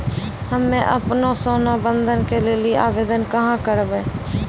हम्मे आपनौ सोना बंधन के लेली आवेदन कहाँ करवै?